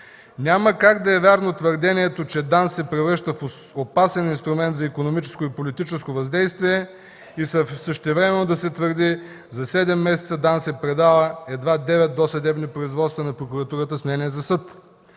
Няма как да е вярно твърдението, че ДАНС се превръща в опасен инструмент за икономическо и политическо въздействие и същевременно да се твърди: за седем месеца ДАНС е предала едва девет досъдебни производства на прокуратурата с мнение за съд.